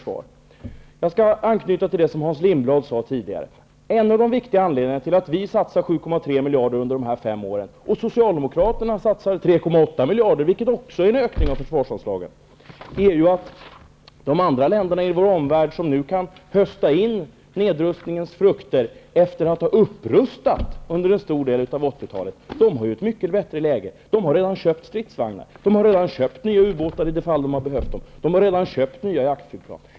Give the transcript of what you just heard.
Jag skall anknyta till det som Hans Lindblad tidigare sade. En av de viktiga anledningarna till att vi vill satsa 7,3 miljarder under dessa fem år och Socialdemokraterna vill satsa 3,8 miljarder, vilket också är en ökning av försvarsanslaget, är att de länder i vår omvärld som nu kan hösta in nedrustningens frukter, efter att ha upprustat under en stor del av 80-talet, har ett mycket bättre läge. De har redan köpt stridsvagnar, nya ubåtar, i de fall de har behövt dem och nya jaktflygplan.